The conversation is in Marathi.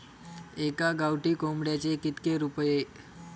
एका गावठी कोंबड्याचे कितके रुपये?